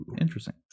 Interesting